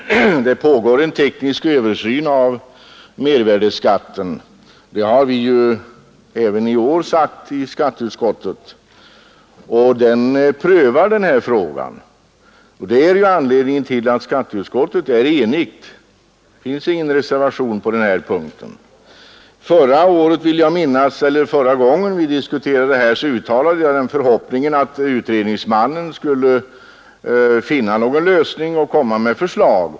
Herr talman! Det pågår en teknisk översyn av mervärdeskatten — det har vi ju även i år sagt i skatteutskottet — och därvid prövas denna fråga. Det är anledningen till att skatteutskottet är enigt — det finns ingen reservation på den här punkten. Jag vill minnas att jag, när vi förra gången diskuterade den här frågan, uttalade förhoppningen att utredningsmannen skulle finna någon lösning och framlägga ett förslag.